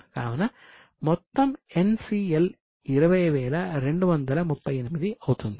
కావున మొత్తం NCL 20238 అవుతుంది